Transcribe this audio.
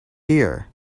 year